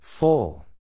Full